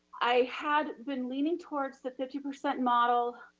i had been leaning towards the fifty percent model,